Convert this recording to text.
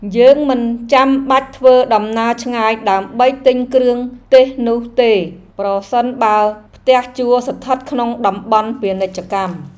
យើងមិនចាំបាច់ធ្វើដំណើរឆ្ងាយដើម្បីទិញគ្រឿងទេសនោះទេប្រសិនបើផ្ទះជួលស្ថិតក្នុងតំបន់ពាណិជ្ជកម្ម។